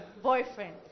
boyfriend